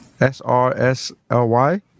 S-R-S-L-Y